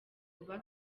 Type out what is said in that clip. vuba